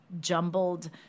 jumbled